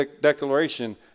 declaration